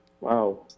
Wow